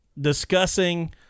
discussing –